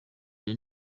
rya